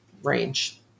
range